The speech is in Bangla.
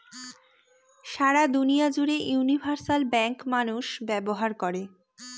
সারা দুনিয়া জুড়ে ইউনিভার্সাল ব্যাঙ্ক মানুষ ব্যবহার করে